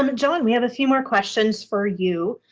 i mean john, we have a few more questions for you.